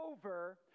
over